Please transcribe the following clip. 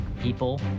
people